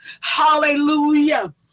hallelujah